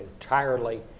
entirely